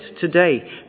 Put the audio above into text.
today